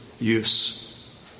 use